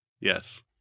Yes